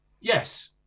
yes